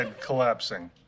collapsing